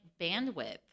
bandwidth